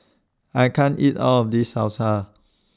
I can't eat All of This Salsa